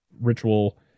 ritual